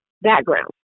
background